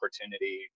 opportunity